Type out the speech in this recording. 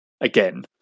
again